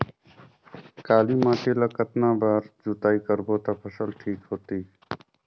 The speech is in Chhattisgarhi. काली माटी ला कतना बार जुताई करबो ता फसल ठीक होती?